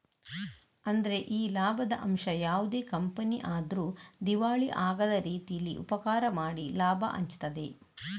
ಅಂದ್ರೆ ಈ ಲಾಭದ ಅಂಶ ಯಾವುದೇ ಕಂಪನಿ ಆದ್ರೂ ದಿವಾಳಿ ಆಗದ ರೀತೀಲಿ ಉಪಕಾರ ಮಾಡಿ ಲಾಭ ಹಂಚ್ತದೆ